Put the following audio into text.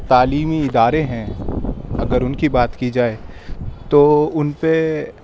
تعلیمی ادارے ہیں اگر اُن کی بات کی جائے تو اُن پہ